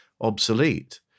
obsolete